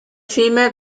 female